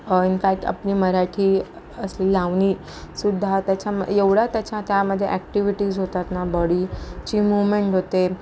in fact आपली मराठी असली लावणी सुद्धा त्याच्या एवढ्या त्याच्या त्यामधे ॲक्टिव्हिटीज होतात ना बॉडी ची मूवमेंट होते